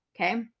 okay